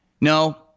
No